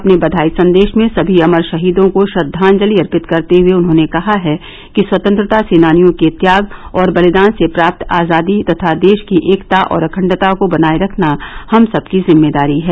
अपने बधाई संदेश में सभी अमर शहीदों को श्रद्वांजलि अर्पित करते हुये उन्होंने कहा है कि स्वतंत्रता सेनानियों के त्याग और बलिदान से प्राप्त आजादी तथा देश की एकता और अखण्डता को बनाये रखना हम सब की जिम्मेदारी है